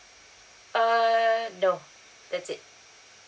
err no that's it